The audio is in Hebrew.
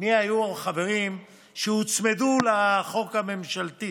מי היו החברים בחוקים שהוצמדו לחוק הממשלתי